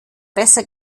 besser